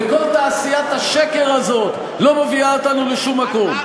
וכל תעשיית השקר הזאת לא מביאה אותנו לשום מקום.